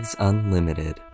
Unlimited